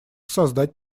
создать